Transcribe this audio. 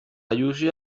llúcia